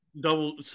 Double